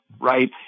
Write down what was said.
right